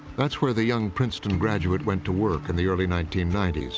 that's where the young princeton graduate went to work in the early nineteen ninety s,